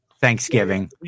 Thanksgiving